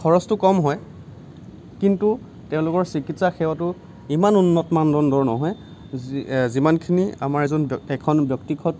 খৰচটো কম হয় কিন্তু তেওঁলোকৰ চিকিৎসা সেৱাটো ইমান উন্নত মানদণ্ডৰ নহয় যি যিমানখিনি আমাৰ এজন বে এখন ব্য়ক্তিগত